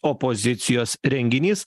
opozicijos renginys